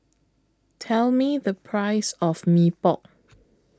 Tell Me The Price of Mee Pok